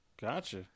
gotcha